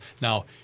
Now